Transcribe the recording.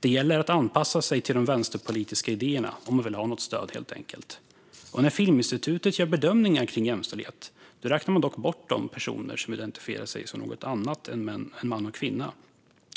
Det gäller helt enkelt att anpassa sig till de vänsterpolitiska idéerna om man vill ha något stöd. När Filminstitutet gör bedömningar om jämställdhet räknar man dock bort de personer som identifierar sig som något annat än man eller kvinna.